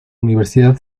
universidad